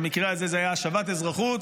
במקרה הזה זו הייתה השבת אזרחות,